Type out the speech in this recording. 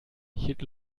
hielt